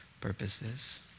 purposes